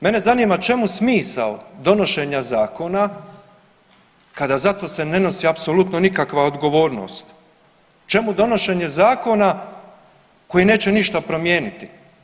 Mene zanima čemu smisao donošenja zakona kada za to se ne nosi apsolutno nikakva odgovornost, čemu donošenje zakona koji neće ništa promijeniti?